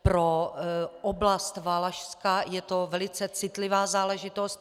Pro oblast Valašska je to velice citlivá záležitost.